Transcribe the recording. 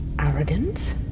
arrogant